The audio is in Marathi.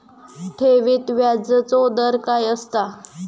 ठेवीत व्याजचो दर काय असता?